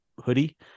hoodie